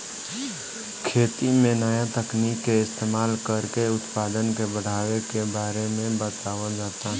खेती में नया तकनीक के इस्तमाल कर के उत्पदान के बढ़ावे के बारे में बतावल जाता